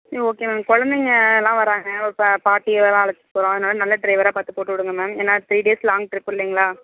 சரி okay ma'am குழந்தைங்க எல்லாம் வராங்க ஒரு ப பாட்டியெல்லாம் அழைச்சிட்டு போகிறோம் அதனால் நல்ல டிரைவராக பார்த்து போட்டு விடுங்க மேம் ஏன்னால் த்ரீ டேஸ் லாங் ட்ரிப் இல்லைங்ளா